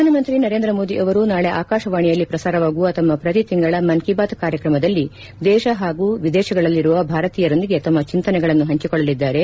ಪ್ರಧಾನಮಂತ್ರಿ ನರೇಂದ್ರ ಮೋದಿ ಅವರು ನಾಳೆ ಆಕಾಶವಾಣಿಯಲ್ಲಿ ಪ್ರಸಾರವಾಗುವ ತಮ್ನ ಪ್ರತಿ ತಿಂಗಳ ಮನ್ ಕೀ ಬಾತ್ ಕಾರ್ಯಕ್ರಮದಲ್ಲಿ ದೇಶ ಹಾಗೂ ವಿದೇಶಗಳಲ್ಲಿರುವ ಭಾರತೀಯರೊಂದಿಗೆ ತಮ್ನ ಚಿಂತನೆಗಳನ್ನು ಹಂಚಿಕೊಳ್ಳಲಿದ್ದಾರೆ